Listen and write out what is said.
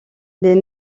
les